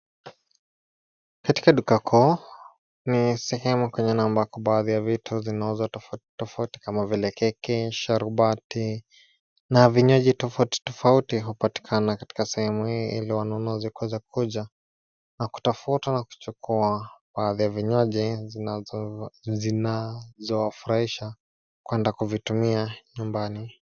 katika duka kuu ni sehemu kwenye na ambako baadhi ya vitu tofauti tofauti kama vile keki sharubati na vinywaji tofauti tofauti hupatikana katika sehemu hii ili wanunuzi kuweza kuja na kutafuta na kuchukua baadhi ya vinywaji zinazo wa furahisha kuenda kuvitumia nyumbani